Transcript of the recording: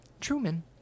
Truman